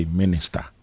minister